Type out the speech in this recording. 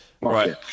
right